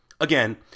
Again